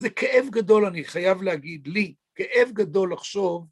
זה כאב גדול, אני חייב להגיד, לי כאב גדול לחשוב.